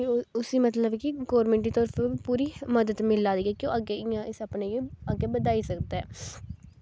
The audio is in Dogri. कि ओह् उसी मतलब कि गौरमैंट दी तरफ दा पूरी मदद मिला दी ऐ के ओह् अग्गैं इ'यां इस अपने अग्गें बधाई सकदा ऐ